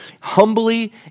humbly